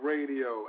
Radio